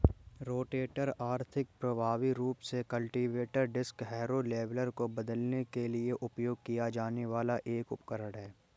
rotator आर्थिक, प्रभावी रूप से कल्टीवेटर, डिस्क हैरो, लेवलर को बदलने के लिए उपयोग किया जाने वाला उपकरण है